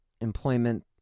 employment